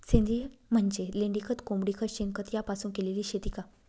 सेंद्रिय म्हणजे लेंडीखत, कोंबडीखत, शेणखत यापासून केलेली शेती का?